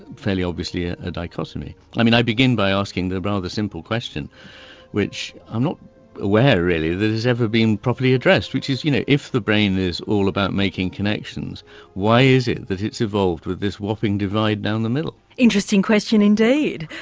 fairly obviously a ah dichotomy. i mean i begin by asking the rather simple question which i'm not aware really has ever been properly addressed which is you know if the brain is all about making connections why is it that it's evolved with this whopping divide down the middle? an interesting question indeed.